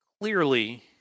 clearly